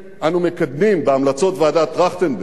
אנחנו מקדמים בהמלצות ועדת-טרכטנברג